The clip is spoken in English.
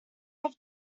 have